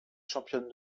championne